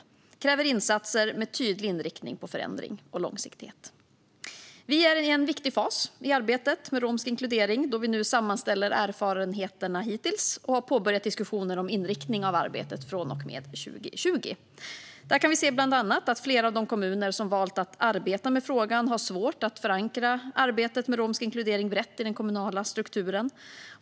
Det kräver insatser med tydlig inriktning på förändring och långsiktighet. Vi är i en viktig fas i arbetet med romsk inkludering då vi sammanställer erfarenheterna hittills och har påbörjat diskussioner om inriktning av arbetet från och med 2020. Vi kan bland annat se att flera av de kommuner som valt att arbeta med frågan har svårt att förankra arbetet med romsk inkludering brett i den kommunala strukturen.